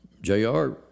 JR